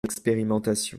l’expérimentation